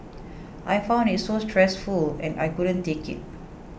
I found it so stressful and I couldn't take it